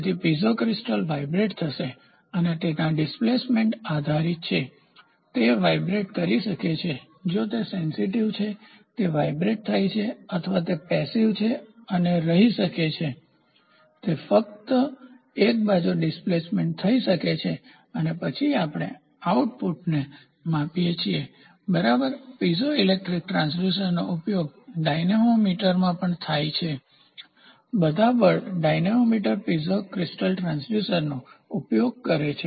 તેથી piezo crystal vibrate થશે અથવા તેના ડિસ્પ્લેસમેન્ટ પર આધારિત છે તે વાઇબ્રેટ કરી શકે છે જો તે સેન્સીટીવસંવેદનશીલ છે તે વાઇબ્રેટ થાય છે અથવા તે પેસીવનિષ્ક્રિય છે અને રહી શકે છે તે ફક્ત એક બાજુ ડિસ્પ્લેસમેન્ટ થઈ શકે છે અને પછી આપણે આઉટપુટને માપીએ છે બરાબર પીઝો ઇલેક્ટ્રિક ટ્રાંસડ્યુસરનો ઉપયોગ ડાયનેમોમીટરમાં પણ થાય છે બધા બળ ડાયનેમોમીટર પીઝો ક્રિસ્ટલ ટ્રાન્સડ્યુસર્સનો ઉપયોગ કરે છે